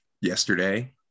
yesterday